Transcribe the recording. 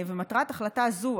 ומטרת החלטה זו,